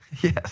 Yes